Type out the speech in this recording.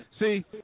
See